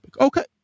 Okay